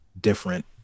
different